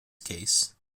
case